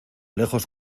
lejos